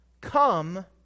come